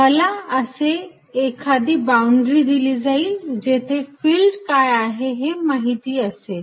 मला असे एखादी बाउंड्री दिली जाईल जेथे फिल्ड काय आहे ते माहिती असेल